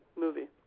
movie